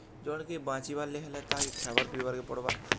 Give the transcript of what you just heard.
ଜଣ୍କେ ବଞ୍ଚବାର୍ ଲାଗି ହେଲେ ତାହାକେ ଖାଏବାର୍ ପିଇବାର୍କେ ପଡ଼୍ବା